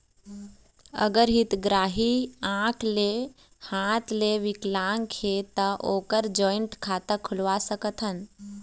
अगर हितग्राही आंख ले हाथ ले विकलांग हे ता ओकर जॉइंट खाता खुलवा सकथन?